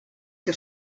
que